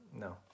no